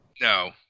No